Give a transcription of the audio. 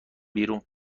بیرون